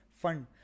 fund